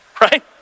right